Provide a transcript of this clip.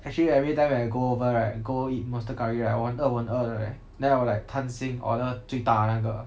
actually everytime when I go over right go eat monster curry right 我很饿我很饿的 leh then I will like 贪心 order 最大的那个